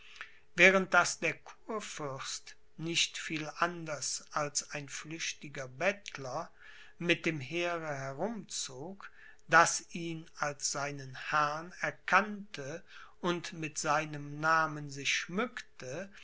während daß der kurfürst friedrich nicht viel anders als ein flüchtiger bettler mit dem heere herumzog das ihn als seinen herrn erkannte und mit seinem namen sich schmückte